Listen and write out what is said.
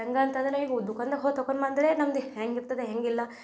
ಹೆಂಗೆ ಅಂತಂದರೆ ಹು ದುಖಾನ್ದಾಗೆ ಹೋಗಿ ತೊಕೊಂಡ್ ಬಂದರೆ ನಮ್ದು ಹೆಂಗಿರ್ತದೆ ಹೇಗಿಲ್ಲ